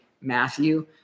Matthew